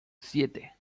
siete